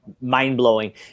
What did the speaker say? mind-blowing